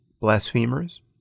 Blasphemers